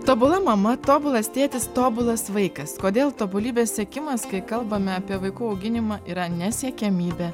tobula mama tobulas tėtis tobulas vaikas kodėl tobulybės siekimas kai kalbame apie vaikų auginimą yra ne siekiamybė